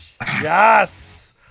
Yes